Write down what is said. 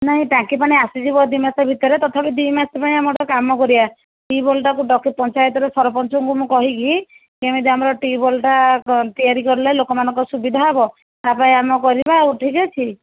ନାହିଁ ଟାଙ୍କିପାଣି ଆସିଯିବ ଦୁଇମାସ ଭିତରେ ତଥାପି ଦୁଇମାସ ପାଇଁ ଆମେ ଗୋଟେ କାମ କରିବା ଟ୍ୟୁବୱେଲ୍କୁ ଡାକି ପଞ୍ଚାୟତରୁ ସରପଞ୍ଚକୁ ମୁଁ କହିକି କେମିତି ଆମର ଟ୍ୟୁବୱେଲ୍ଟା ତିଆରି କଲେ ଲୋକମାନଙ୍କ ସୁବିଧା ହେବ ତା ପାଇଁ କାମ କରିବା ଆଉ ଠିକ୍ ଅଛି